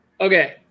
okay